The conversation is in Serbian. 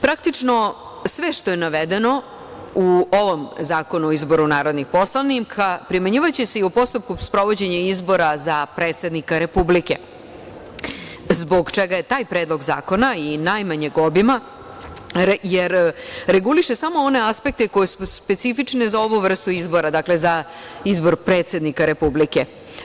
Praktično, sve što je navedeno u ovom Zakonu o izboru narodnih poslanika primenjivaće se i u postupku sprovođenja izbora za predsednika Republike zbog čega je taj Predlog zakona i najmanjeg obima jer reguliše samo one aspekte koji su specifični za ovu vrstu izbora, dakle za izbor predsednika Republike.